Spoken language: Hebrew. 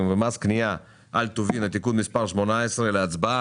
ומס קנייה על טובין (תיקון מס' 18) להצבעה.